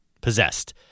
possessed